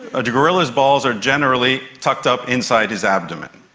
a gorilla's balls are generally tucked up inside his abdomen,